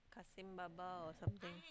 Kassim-Baba or something